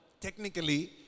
Technically